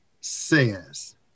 says